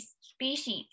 species